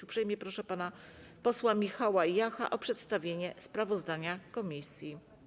Uprzejmie proszę pana posła Michała Jacha o przedstawienie sprawozdania komisji.